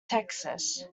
texas